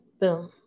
boom